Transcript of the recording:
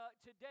today